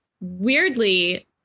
weirdly